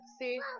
See